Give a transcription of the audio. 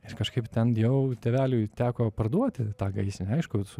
ir kažkaip ten jau tėveliui teko parduoti tą gaisrinę aišku